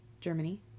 Germany